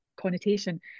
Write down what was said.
connotation